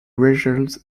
result